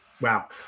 wow